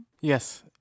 Yes